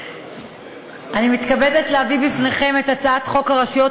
אני מתכבדת להביא בפניכם את הצעת חוק הרשויות